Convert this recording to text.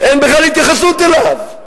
אין בכלל התייחסות אליו.